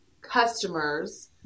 customers